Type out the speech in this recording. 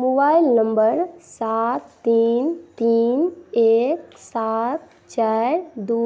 mobile number सात तीन तीन एक सात चारि दू